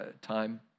time